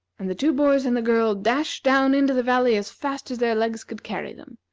and the two boys and the girl dashed down into the valley as fast as their legs could carry them.